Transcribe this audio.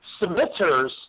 submitters